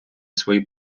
свої